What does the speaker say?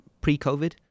pre-Covid